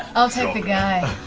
i'll take the guy.